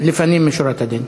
לפנים משורת הדין.